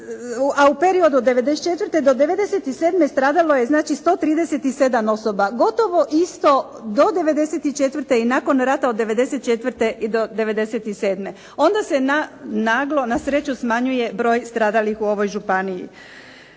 a u periodu od '94. do '97. stradalo je znači 137 osoba. Gotovo isto do '94. i nakon rata od '94. i do '97. Onda se naglo, na sreću, smanjuje broj stradalih u ovoj županiji.